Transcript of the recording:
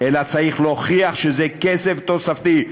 אלא צריך להוכיח שזה כסף תוספתי,